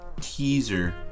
teaser